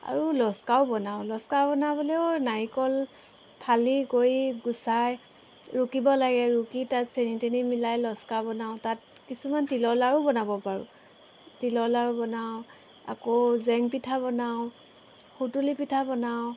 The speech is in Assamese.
আৰু লস্কাও বনাওঁ লস্কাও বনাবলৈও নাৰিকল ফালি গৈ গুচাই ৰুকিব লাগে ৰুকি তাত চেনি টেনি মিলাই লস্কা বনাওঁ তাত কিছুমান তিলৰ লাড়ু বনাব পাৰোঁ তিলৰ লাড়ু বনাওঁ আকৌ জেং পিঠা বনাওঁ সুতুলি পিঠা বনাওঁ